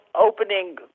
opening